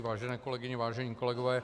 Vážené kolegyně, vážení kolegové.